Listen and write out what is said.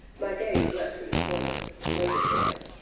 my gaze leapt to the corner waited there.